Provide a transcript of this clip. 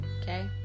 okay